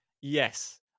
Yes